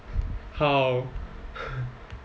how